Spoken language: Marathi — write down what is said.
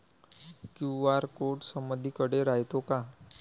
क्यू.आर कोड समदीकडे रायतो का?